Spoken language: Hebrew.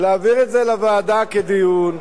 להעביר את זה לוועדה כדיון,